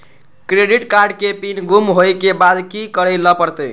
Credit card के PIN गुम होय के बाद की करै ल परतै?